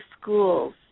schools